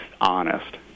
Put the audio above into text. honest